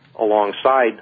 alongside